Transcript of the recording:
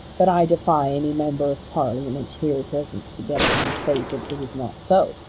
but i defy any member of parliament here present to get up and say that it is not so.